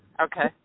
okay